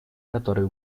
который